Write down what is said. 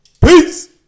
Peace